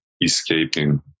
escaping